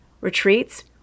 retreats